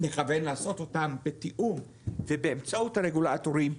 נכוון לעשות אותם בתיאום ובאמצעות הרגולטורים.